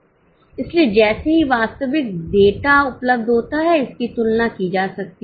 इसलिए जैसे ही वास्तविक डेटा उपलब्ध होता है इसकी तुलना की जा सकती है